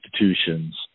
institutions –